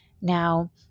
Now